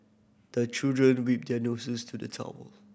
the children wipe their noses to the towel